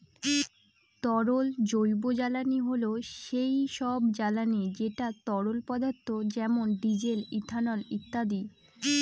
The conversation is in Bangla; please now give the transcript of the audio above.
তরল জৈবজ্বালানী হল সেই সব জ্বালানি যেটা তরল পদার্থ যেমন ডিজেল, ইথানল ইত্যাদি